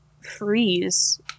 freeze